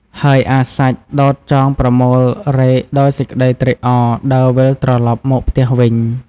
ហើយអារសាច់ដោតចងប្រមូលរែក ដោយសេចក្តីត្រេកអរដើរវិលត្រឡប់មកផ្ទះវិញ។